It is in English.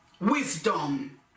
wisdom